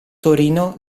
torino